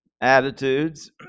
attitudes